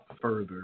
further